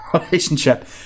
relationship